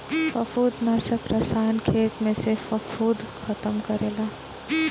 फंफूदनाशक रसायन खेत में से फंफूद खतम करेला